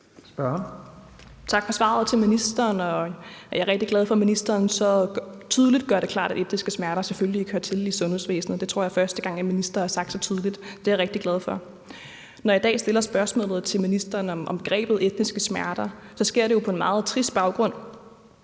Tak til ministeren for svaret. Jeg er rigtig glad for, at ministeren gør det så tydeligt og klart, at etniske smerter selvfølgelig ikke hører til i sundhedsvæsenet. Jeg tror, det er første gang, at en minister har sagt det så tydeligt, og det er jeg rigtig glad for. Når jeg i dag stiller spørgsmålet til ministeren om begrebet etniske smerter, sker der jo på en meget trist baggrund.